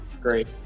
Great